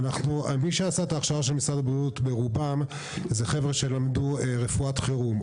מי שעשה את ההכשרה של משרד הבריאות ברובם הם חבר'ה שלמדו רפואת חירום,